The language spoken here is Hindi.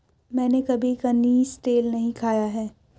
मैंने कभी कनिस्टेल नहीं खाया है